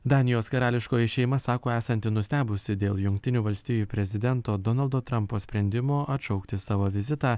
danijos karališkoji šeima sako esanti nustebusi dėl jungtinių valsti prezidento donaldo trampo sprendimo atšaukti savo vizitą